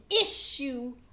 issue